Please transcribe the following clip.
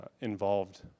involved